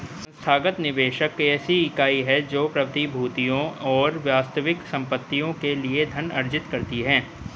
संस्थागत निवेशक ऐसी इकाई है जो प्रतिभूतियों और वास्तविक संपत्तियों के लिए धन अर्जित करती है